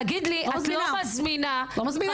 להגיד לי את לא מזמינה -- את לא מזמינה.